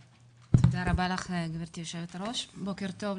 תודה רבה לך גברתי יו"ר, בוקר טוב לכולם.